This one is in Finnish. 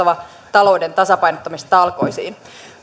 talouden tasapainottamistalkoisiin